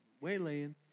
waylaying